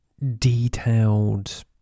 detailed